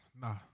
Nah